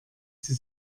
sie